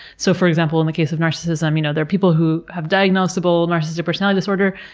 so for example, in the case of narcissism you know there are people who have diagnosable narcissistic personality disorder,